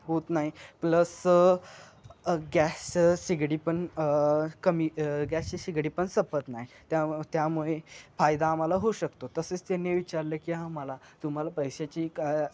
होत नाही प्लस गॅसचं शेगडी पण कमी गॅसची शेगडी पण संपत नाही त्या त्यामुळे फायदा आम्हाला होऊ शकतो तसेच त्यांनी विचारलं की आम्हाला तुम्हाला पैशाची काय